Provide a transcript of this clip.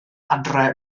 adre